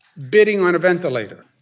bidding on a ventilator.